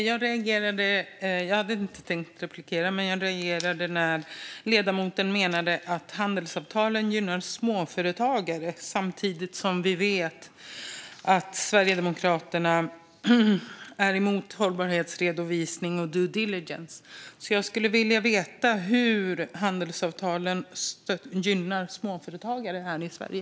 Fru talman! Jag hade inte tänkt replikera, men jag reagerade när ledamoten menade att handelsavtalen gynnar småföretagare. Vi vet att Sverigedemokraterna är emot hållbarhetsredovisning och due diligence. Jag skulle vilja veta hur handelsavtalen gynnar småföretagare här i Sverige.